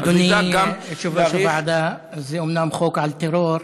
אדוני יושב-ראש הוועדה, זה אומנם חוק על טרור,